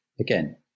again